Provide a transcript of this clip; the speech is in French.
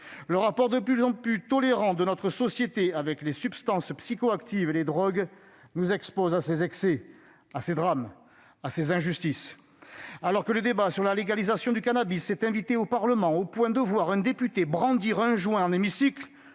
? La tolérance croissante de notre société face aux substances psychoactives et aux drogues nous expose à ces excès, à ces drames et à ces injustices. Alors que le débat sur la légalisation du cannabis s'est invité au Parlement, au point que l'on a pu voir un député brandir un joint dans l'hémicycle